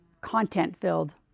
content-filled